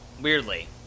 Weirdly